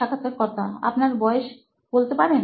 সাক্ষাৎকারকর্তা আপনার বয়সতা বলতে পারেন